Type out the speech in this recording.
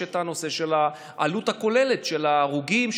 יש הנושא של העלות הכוללת של ההרוגים,